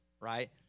right